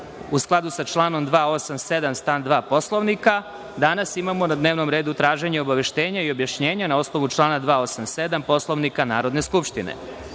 u skladu sa članom 287. stav 2. Poslovnika, danas imamo na dnevnom redu traženje obaveštenja i objašnjenja, na osnovu člana 287. Poslovnika Narodne skupštine. Da